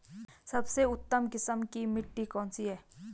सबसे उत्तम किस्म की मिट्टी कौन सी है?